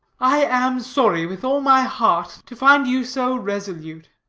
i am sorry, with all my heart, to find you so resolute.